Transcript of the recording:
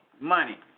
Money